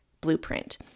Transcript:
blueprint